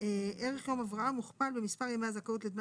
ערך יום הבראה מוכפל במספר ימי הזכאות לדמי